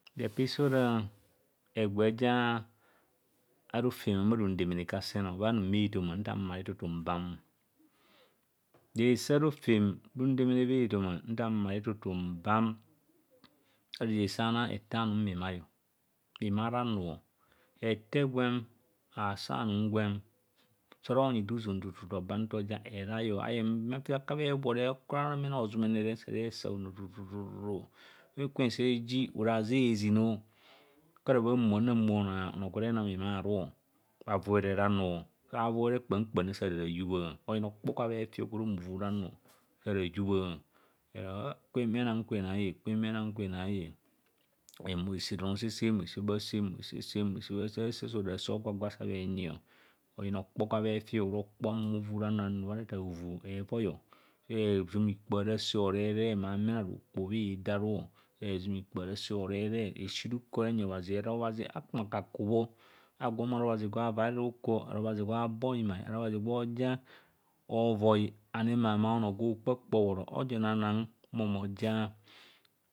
Repise ora eubee je arofem rundemene kasen. Nta mare thu thu obam. Ora reje sa bhanang ete- anum bhi mai- bhimai a ranuo. Ete gwem ase anum gwem sa ora onyi do uzum totu tu tu tu oba nta ga sang herai. Ayeng bhemai fe sa kubha bhe worry sa sku:ara mene hosumene re se hera sa hono tu tu tu kwenkwen sa eji ora haze a ezin o kara bhan bhoa onoo gwere enang bhimai aru, bhavibhere ranu o, sa vibhere kpam kpam sa ada rayubha oyina okpo gwabhe efi gwer o hohumo ovuranu eroa. Kwem enang kwe nae. Kwen enang kwe nae. Ehumo ese bha don. Ose seem o, esebha seem o. Ese bhadon. Se esebho sa ora. Rase a hogwa asa bhe enyi oyina okpo gwa. Bhe efi, ora okpo. Amo ohumo ovu ranu o raw bha rethei hovu a revoi. Sa ezume ikpho rase hireb re ma amene aru okpoho bho heada a ru okpoho ikpoho rase horeb re se esi ruko enyi obhazi. ero agwo obhazi hakama. Aka kubho. Agwo mmene obhazi awe ovaare ruke, araa obhazi gue obo bhimai, ara obhazi gwe ovoi anema mma onoo gwe okpakpa ọbhọrọ, oja ona nang moja